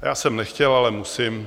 Já jsem nechtěl, ale musím.